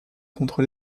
contre